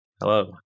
Hello